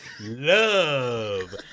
love